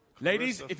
Ladies